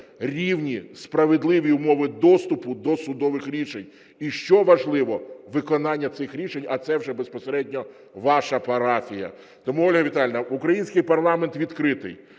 рівні справедливі умови доступу до судових рішень і, що важливо, виконання цих рішень. А це вже безпосередньо ваша парафія. Тому, Ольга Віталіївна, український парламент відкритий,